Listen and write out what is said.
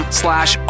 slash